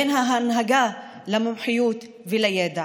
בין ההנהגה למומחיות ולידע.